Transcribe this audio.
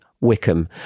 Wickham